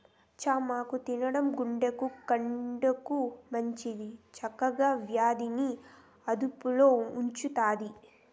చామాకు తినడం గుండెకు, కండ్లకు మంచిది, చక్కర వ్యాధి ని అదుపులో ఉంచుతాది